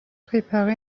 préparé